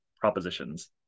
propositions